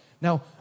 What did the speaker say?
now